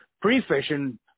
pre-fishing